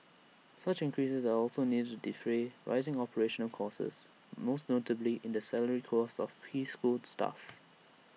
such increases are also needed to defray rising operational costs most notably in the salary costs of preschool staff